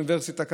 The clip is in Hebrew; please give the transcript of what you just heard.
ולאוניברסיטה,